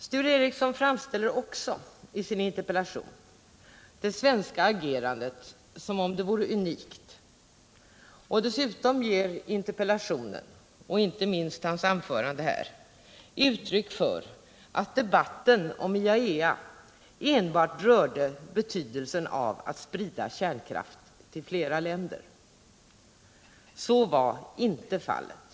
Sture Ericson framställer i sin interpellation det svenska agerandet som om det vore unikt. Dessutom ger interpellationen och inte minst Sture Ericsons anförande intryck av att debatten om IAEA enbart rörde betydelsen av att sprida kärnkraft till fler länder. Så var emellertid inte fallet.